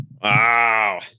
Wow